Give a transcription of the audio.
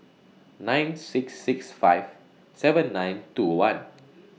nine six six five seven nine two one